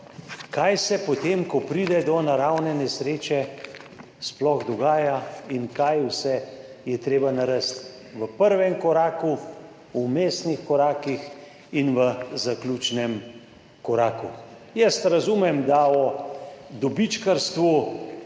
kaj se potem, ko pride do naravne nesreče, sploh dogaja in kaj vse je treba narediti v prvem koraku, v vmesnih korakih in v zaključnem koraku. Jaz razumem, da o dobičkarstvu,